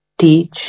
teach